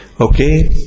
Okay